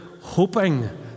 hoping